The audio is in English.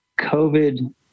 COVID